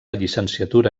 llicenciatura